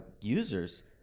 users